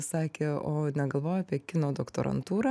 sakė o negalvoju apie kino doktorantūrą